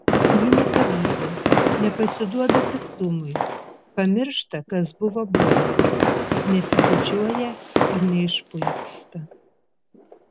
ji nepavydi nepasiduoda piktumui pamiršta kas buvo bloga nesididžiuoja ir neišpuiksta